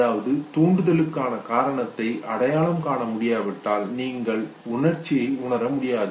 அதாவது தூண்டுதலுக்குகான காரணத்தை அடையாளம் காண முடியாவிட்டால் நீங்கள் உணர்ச்சியை உணர முடியாது